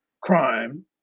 crime